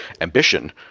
ambition